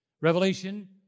Revelation